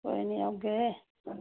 कोई निं औगे